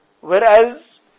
Whereas